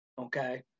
okay